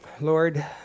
Lord